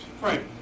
Right